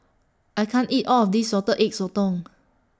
I can't eat All of This Salted Egg Sotong